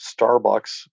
Starbucks